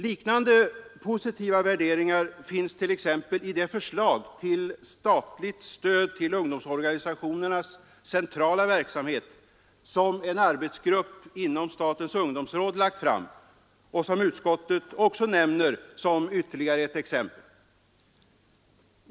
Liknande positiva värderingar finns t.ex. i det förslag till statligt stöd till ungdomsorganisationernas centrala verksamhet som en arbetsgrupp inom statens ungdomsråd lagt fram och som utskottet nämner som ytterligare ett exempel.